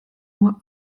nur